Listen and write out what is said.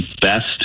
best